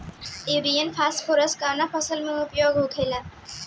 Urea phosphorus कवना फ़सल में उपयोग होला?